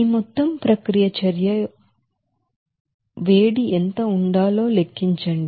ఈ మొత్తం ప్రక్రియలకు చర్య యొక్క వేడి ఎంత ఉండాలో లెక్కించండి